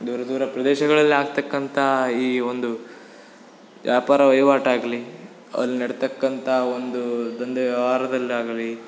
ದೂರ ದೂರ ಪ್ರದೇಶಗಳ್ಲಲಿ ಆಗ್ತಕ್ಕಂಥ ಈ ಒಂದು ವ್ಯಾಪಾರ ವಯಿವಾಟಾಗಲಿ ಅಲ್ಲಿ ನಡ್ತಕ್ಕಂಥ ಒಂದು ದಂಧೆ ವ್ಯವಹಾರದಲ್ಲಾಗಲಿ